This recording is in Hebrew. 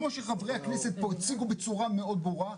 כמו שחברי הכנסת פה הציגו בצורה מאוד ברורה,